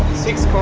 six